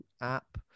app